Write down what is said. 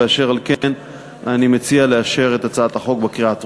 ואשר על כך אני מציע לאשר את הצעת החוק בקריאה הטרומית.